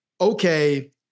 okay